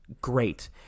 great